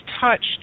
touched